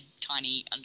tiny